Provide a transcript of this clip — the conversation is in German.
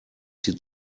sie